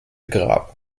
grab